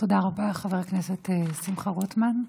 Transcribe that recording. תודה רבה לחבר הכנסת שמחה רוטמן.